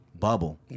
bubble